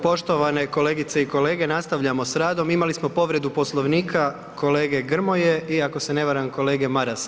Poštovane kolegice i kolege, nastavljamo s radom, imali smo povredu Poslovnika kolege Grmoje i ako se ne varam, kolege Marasa.